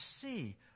see